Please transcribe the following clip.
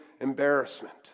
embarrassment